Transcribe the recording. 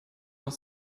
noch